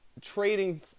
trading